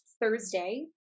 Thursday